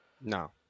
No